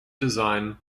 design